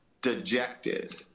dejected